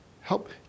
Help